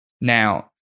Now